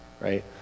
right